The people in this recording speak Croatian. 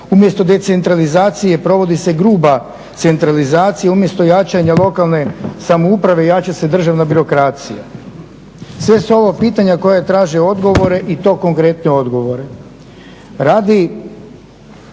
Umjesto decentralizacije provodi se gruba centralizacija, umjesto jačanja lokalne samouprave jača se državna birokracija. Sve su ovo pitanja koja traže odgovore i to konkretne odgovore.